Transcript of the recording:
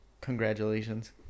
congratulations